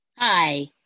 Hi